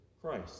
Christ